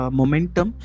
momentum